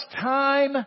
time